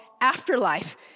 Afterlife